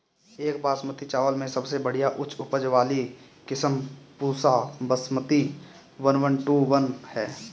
एक बासमती चावल में सबसे बढ़िया उच्च उपज वाली किस्म Pusa basmati one one two one ह?